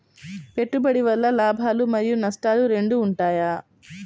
పెట్టుబడి వల్ల లాభాలు మరియు నష్టాలు రెండు ఉంటాయా?